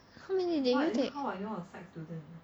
how many did you take